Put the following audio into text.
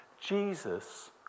Jesus